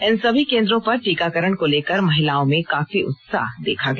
इन सभी केंद्रों पर टीकाकरण को लेकर महिलाओं में काफी उत्साह देखा गया